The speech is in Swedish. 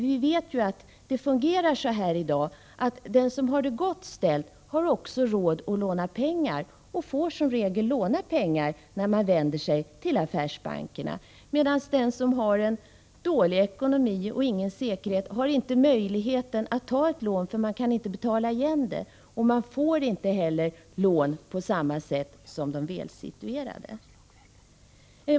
Vi vet ju att det i dag fungerar så att den som har det gott ställt har också råd att låna pengar, och som regel också får låna pengar när han vänder sig till affärsbankerna, medan de som har en dålig ekonomi och ingen säkerhet inte har möjlighet att ta ett lån, därför att de inte kan betala igen det. De får inte heller lån på samma sätt som de välsituerade.